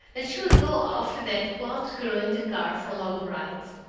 and she would go off with that wild girl in the car for long rides.